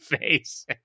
face